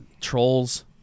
trolls